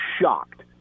shocked